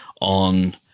on